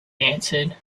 answered